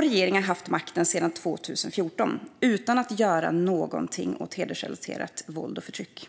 Regeringen har haft makten sedan 2014 utan att göra någonting, eller tillräckligt mycket, åt hedersrelaterat våld och förtryck.